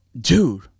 dude